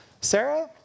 Sarah